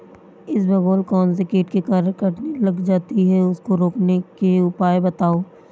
इसबगोल कौनसे कीट के कारण कटने लग जाती है उसको रोकने के उपाय बताओ?